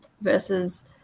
versus